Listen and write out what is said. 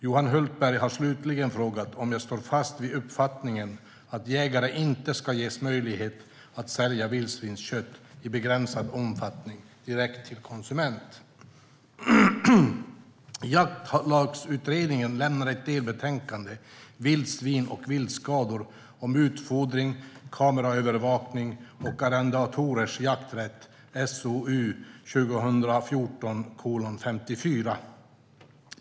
Johan Hultberg har slutligen frågat om jag står fast vid uppfattningen att jägare inte ska ges möjlighet att sälja vildsvinskött, i begränsad omfattning, direkt till konsument. -.